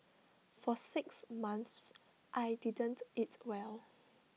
for six months I didn't eat well